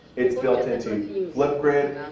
it's built into flipgrid.